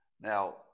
Now